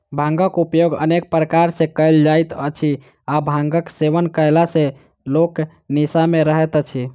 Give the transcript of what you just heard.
भांगक उपयोग अनेक प्रकार सॅ कयल जाइत अछि आ भांगक सेवन कयला सॅ लोक निसा मे रहैत अछि